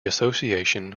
association